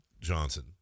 johnson